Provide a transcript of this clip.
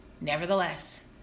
Nevertheless